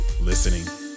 listening